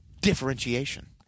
Differentiation